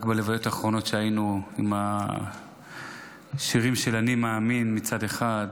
רק בלוויות האחרונות היינו עם השירים של "אני מאמין" מצד אחד,